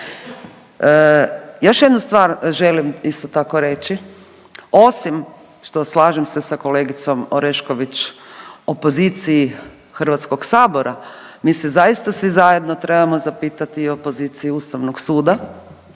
Još jednu stvar želim isto tako reći. Osim što slažem se sa kolegicom Orešković o poziciji Hrvatskog sabora mi se zaista svi zajedno trebamo zapitati o poziciji Ustavnog suda.